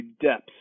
depth